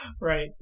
right